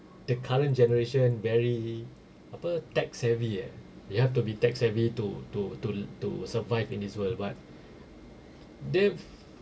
the current generation very apa tech savvy you have to be tech savvy to to to to survive in this world but they're